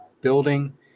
building